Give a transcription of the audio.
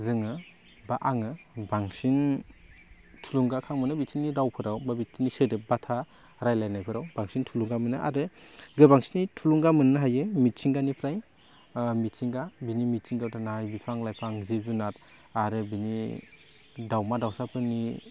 जोङो बा आङो बांसिन थुलुंगाखां मोनो बिसिनि रावफोराव बा बिसिनि सोदोब बाथ्रा रायज्लायनायफ्राव बांसिन थुलुंगा मोनो आरो गोबांसिनै थुलुंगा मोनो हायो मिथिंगानिफ्राइ मिथिंगा बिनि मिथिंगायाव थानाय बिफां लाइफां जिब जुनार आरो बिनि दाउमा दाउसाफोरनि